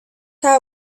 out